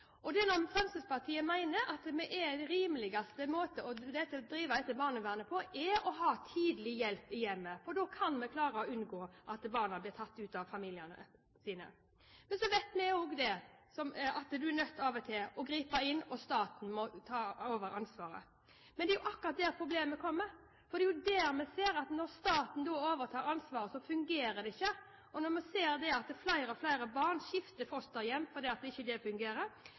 denne sal at Fremskrittspartiet mener at det biologiske prinsippet er veldig sterkt, og slik har det vært helt fra Anders Lange styrte. Fremskrittspartiet mener at den rimeligste måten å drive barnevernet på, er å ha tidlig hjelp i hjemmet, for da kan vi klare å unngå at barna blir tatt ut av familiene sine. Så vet vi også at man av og til er nødt til å gripe inn, og at staten må ta over ansvaret. Men det er akkurat da problemene kommer, for vi ser at når staten overtar ansvaret, fungerer det ikke. Vi ser at flere og flere barn skifter fosterhjem fordi det ikke fungerer. Flere og flere får ikke det